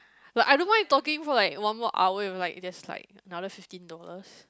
like I don't mind talking for like one more hour you know like if there's like another fifteen dollars